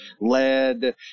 lead